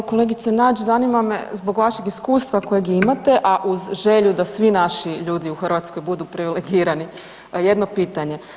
Evo kolegice Nađ zanima me zbog vašeg iskustava kojeg imate, a uz želju da svi naši ljudi u Hrvatskoj budu privilegirani, jedno pitanje.